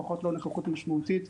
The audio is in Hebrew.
לפחות לא נוכחות משמעותית.